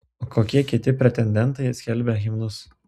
o kokie kiti pretendentai skelbia himnus